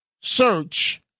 search